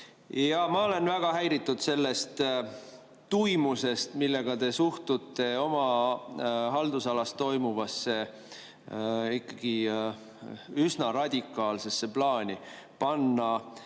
Ma olen väga häiritud sellest tuimusest, millega te suhtute oma haldusalas toimuvasse ikkagi üsna radikaalsesse plaani panna